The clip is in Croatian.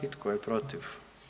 I tko je protiv?